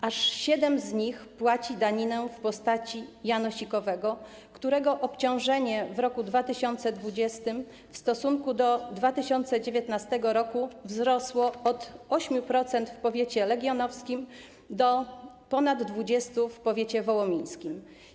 Aż siedem z nich płaci daninę w postaci janosikowego, którego obciążenie w roku 2020 w stosunku do 2019 r. wzrosło od 8% w powiecie legionowskim do ponad 20% w powiecie wołomińskim.